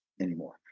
anymore